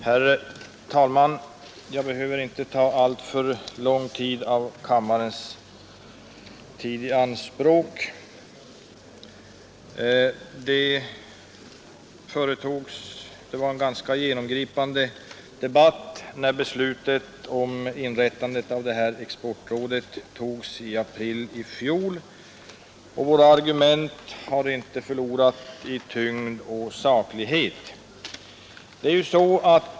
Herr talman! Jag behöver inte ta alltför mycket av kammarens tid i anspråk. Det fördes en ganska ingående debatt när beslutet att inrätta exportrådet fattades i april i fjol, och våra argument har inte förlorat i tyngd och saklighet sedan dess.